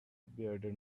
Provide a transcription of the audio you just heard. bearded